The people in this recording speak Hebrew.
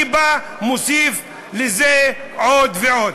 אני בא ומוסיף לזה עוד ועוד.